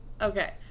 Okay